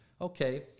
Okay